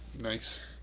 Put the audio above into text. Nice